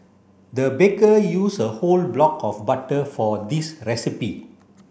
the baker use a whole block of butter for this recipe